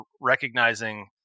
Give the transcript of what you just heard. recognizing